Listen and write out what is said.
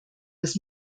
das